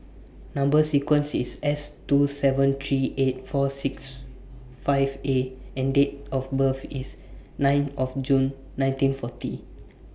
Number sequence IS S two seven three eight four six five A and Date of birth IS nine of June nineteen forty